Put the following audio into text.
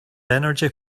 energy